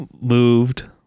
moved